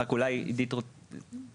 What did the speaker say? רק אולי עידית רוצה להגיב.